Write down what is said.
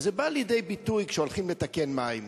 וזה בא לידי ביטוי כשהולכים לתקן מים.